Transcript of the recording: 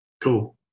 cool